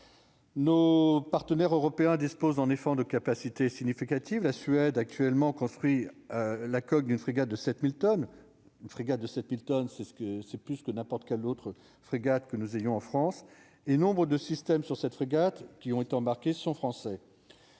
nos partenaires européens disposent en effet de capacité significative la Suède actuellement construire la coque d'une frégate de 7000 tonnes une frégate de 7000 tonnes, c'est ce que c'est, plus que n'importe quel autre frégate que nous ayons en France et nombres de systèmes sur cette régate qui ont été embarqués sont français,